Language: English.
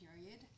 period